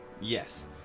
Yes